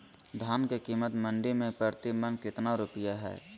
धान के कीमत मंडी में प्रति मन कितना रुपया हाय?